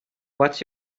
what’s